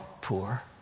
poor